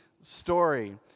story